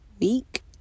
week